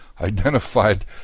identified